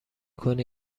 کنی